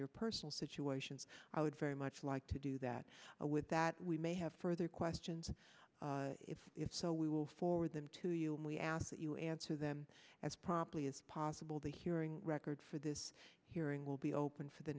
your personal situation i would very much like to do that with that we may have further questions if if so we will forward them to you and we ask that you answer them as promptly as possible the hearing record for this hearing will be open for the